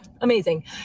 Amazing